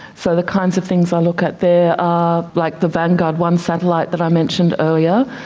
so the kinds of things i look at there are like the vanguard one satellite that i mentioned earlier.